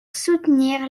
soutenir